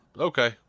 Okay